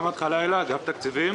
מוחמד חלילה מאגף התקציבים.